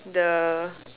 the